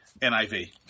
NIV